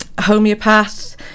homeopath